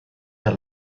der